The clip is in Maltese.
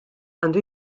għandu